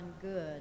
good